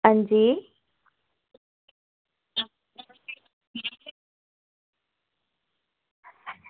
हां जी